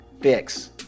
fix